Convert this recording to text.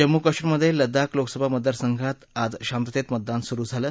जम्मू कश्मीरमधे लदाख लोकसभा मतदारसंघात आज शांततेत मतदान सुरु झालं